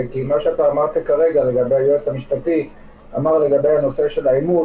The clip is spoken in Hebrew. כי מה שאמר היועץ המשפטי לגבי הנושא של האימות,